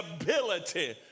ability